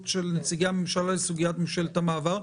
של נציגי הממשלה לסוגיית ממשלת המעבר,